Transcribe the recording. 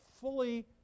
fully